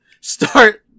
start